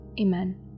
Amen